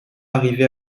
arriver